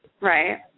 Right